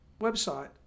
website